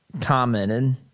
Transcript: commented